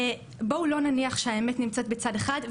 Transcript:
בואו לא נניח שהאמת נמצאת בצד אחד".